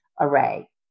array